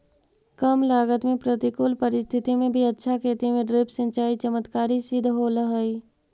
कम लागत में प्रतिकूल परिस्थिति में भी अच्छा खेती में ड्रिप सिंचाई चमत्कारी सिद्ध होल हइ